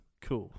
Cool